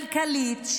כלכלית,